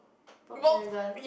Volkswagen